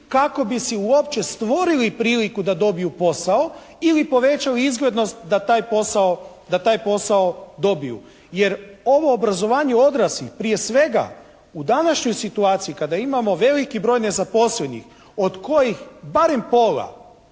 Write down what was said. kako bi si uopće stvorili priliku da dobiju posao ili povećali izglednost da taj posao dobiju. Jer ovo obrazovanje odraslih prije svega u današnjoj situaciji kada imamo veliki broj nezaposlenih od kojih barem pola